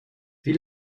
wie